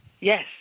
Yes